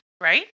right